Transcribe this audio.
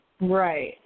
right